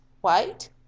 white